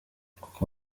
uko